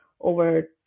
over